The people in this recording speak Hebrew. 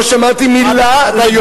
לא שמעתי מלה,